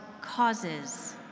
causes